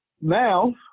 Now